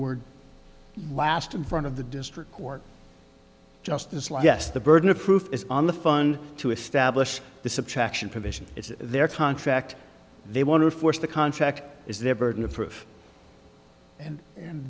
were last in front of the district court justice law yes the burden of proof is on the fund to establish the subtraction provision it's their contract they want to force the contract is their burden of proof and